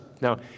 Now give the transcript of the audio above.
Now